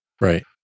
Right